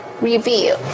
review